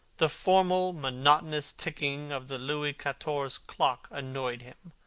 the formal monotonous ticking of the louis quatorze clock annoyed him.